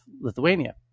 Lithuania